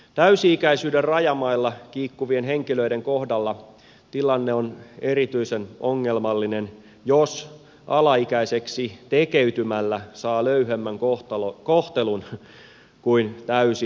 täysi ikäisyyden rajamailla kiikkuvien henkilöiden kohdalla tilanne on erityisen ongelmallinen jos alaikäiseksi tekeytymällä saa löyhemmän kohtelun kuin täysi ikäisenä